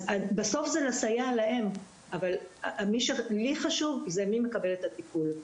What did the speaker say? בסוף זה לסייע להם אבל לי חשוב זה מי מקבל את הטיפול,